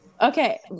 Okay